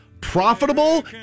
profitable